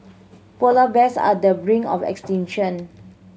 polar bears are the brink of extinction